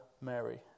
Mary